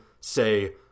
say